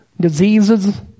diseases